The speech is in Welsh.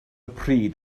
pryd